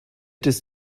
this